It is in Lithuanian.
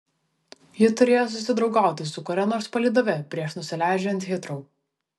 ji turėjo susidraugauti su kuria nors palydove prieš nusileidžiant hitrou